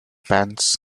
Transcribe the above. pans